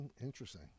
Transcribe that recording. Interesting